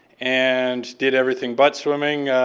and did everything but swimming.